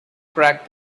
crack